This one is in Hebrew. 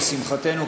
לשמחתנו,